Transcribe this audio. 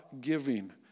giving